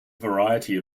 variety